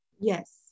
Yes